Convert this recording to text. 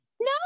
No